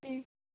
ம்